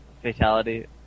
Fatality